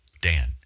Dan